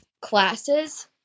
classes